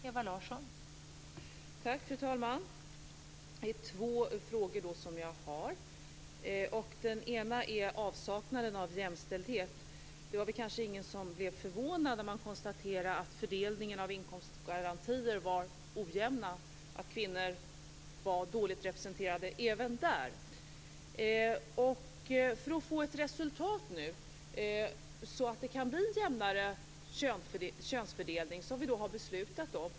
Fru talman! Jag har två frågor. Den ena gäller avsaknaden av jämställdhet. Det var kanske ingen som blev förvånad när man konstaterade att fördelningen av inkomstgarantier var ojämn och att kvinnor var dåligt representerade även där. Frågan är hur lång tid det skall ta att få ett resultat, innan vi får den jämnare könsfördelning som vi har beslutat om.